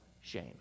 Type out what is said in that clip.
shame